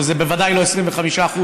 שזה בוודאי לא 25%,